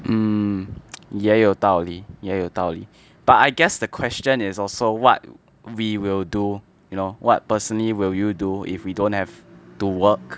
mm 也有道理也有道理 but I guess the question is also what we will do you know what personally will you do if we don't have to work